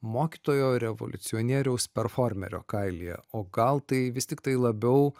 mokytojo revoliucionieriaus performerio kailyje o gal tai vis tik tai labiau